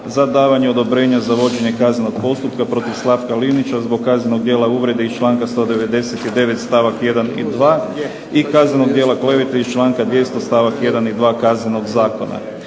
za davanje odobrenja za vođenje kaznenog postupka protiv Slavka Linića zbog kaznenog djela uvrede iz članka 199. stavak 1. i 2. i kaznenog djela klevete iz članka 200. stavak 1. i 2. Kaznenog zakona.